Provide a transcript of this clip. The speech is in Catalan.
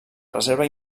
reserva